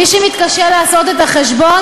מי שמתקשה לעשות את החשבון,